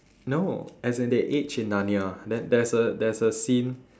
no as in they age in narnia and there is there is a scene